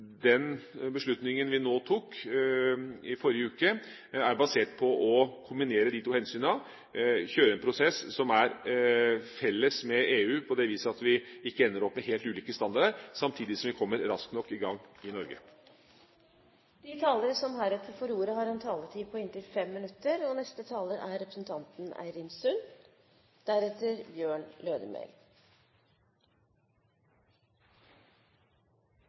Den beslutningen vi tok i forrige uke, er basert på å kombinere de to hensynene – å kjøre en prosess som er felles med EU, på det viset at vi ikke ender opp med helt ulike standarder, samtidig som vi kommer raskt nok i gang i Norge. Representanten Astrup tar opp et viktig spørsmål om hvordan Norge skal forholde seg til EUs prosesser i energipolitikken. Jeg er veldig glad for at representanten